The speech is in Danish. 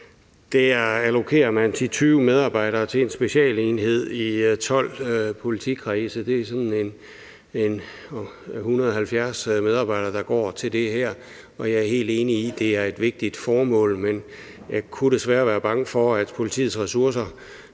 allokerer man 10-20 medarbejdere til en specialenhed i 12 politikredse. Det er sådan ca. 170 medarbejdere, der går til det her. Jeg er helt enig i, at det er et vigtigt formål, men jeg kan desværre være bange for, at politiets ressourcer